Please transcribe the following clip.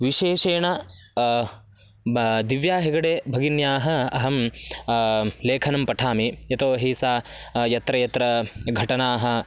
विशेषेण बा दिव्या हिगडे भगिन्याः अहं लेखनं पठामि यतोहि सा यत्र यत्र घटनाः